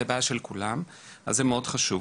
אבל זו בעיה של כולם וזה מאוד חשוב.